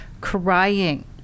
crying